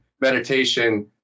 meditation